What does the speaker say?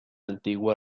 antigua